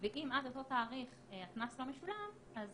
ואם עד אותו תאריך הקנס לא משולם אז